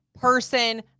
person